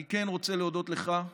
אני כן רוצה להודות לך,